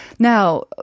Now